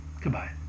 Goodbye